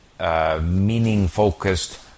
meaning-focused